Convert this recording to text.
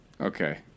Okay